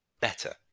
better